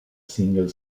single